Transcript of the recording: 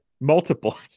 Multiple